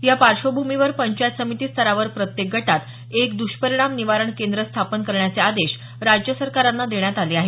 या पार्श्वभूमीवर पंचायत समिती स्तरावर प्रत्येक गटात एक दष्परिणाम निवारण केंद्र स्थापन करण्याचे आदेश राज्य सरकारांना देण्यात आले आहेत